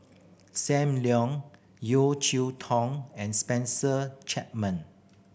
Sam Leong Yeo Cheow Tong and Spencer Chapman